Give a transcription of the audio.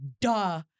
duh